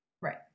right